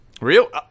real